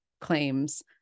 claims